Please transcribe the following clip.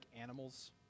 animals